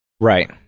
Right